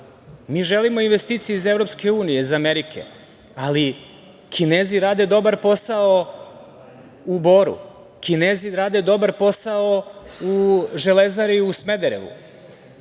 mi želimo investicije iz EU, i iz Amerike, ali Kinezi rade dobar posao u Boru, Kinezi rade dobar posao u Železari u Smederevu,